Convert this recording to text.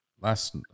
last